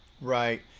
Right